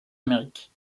amériques